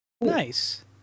Nice